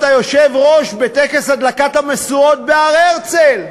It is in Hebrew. היושב-ראש בטקס הדלקת המשואות בהר-הרצל.